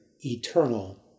eternal